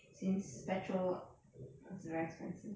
since petrol is very expensive